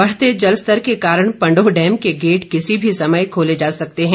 बढ़ते जल स्तर के कारण पंडोह डैम के गेट किसी भी समय खोले जा सकते हैं